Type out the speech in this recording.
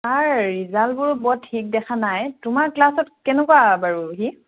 তাৰ ৰিজাল্টবোৰ বৰ ঠিক দেখা নাই তোমাৰ ক্লাছত কেনেকুৱা বাৰু সি